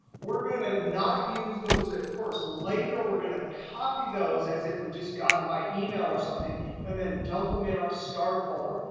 we're going to not use those at first. later we're going to copy those as if we just got them by email or something and then dump them in our start folder.